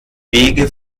wege